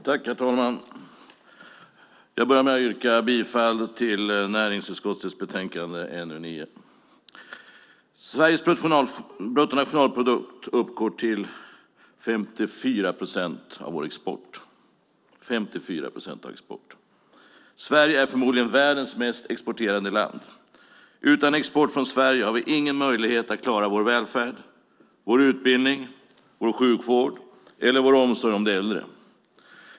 Herr talman! Jag börjar med att yrka bifall till förslaget i näringsutskottets betänkande NU9. Sveriges export uppgår till 54 procent av vår bruttonationalprodukt. Sverige är förmodligen världens mest exporterande land. Utan export har vi ingen möjlighet att klara vår välfärd, vår utbildning, vår sjukvård och vår omsorg om de äldre.